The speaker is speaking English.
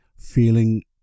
feeling